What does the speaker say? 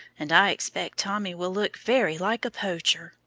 and i expect tommy will look very like a poacher.